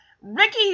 Ricky